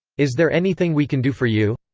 is there anything we can do for you?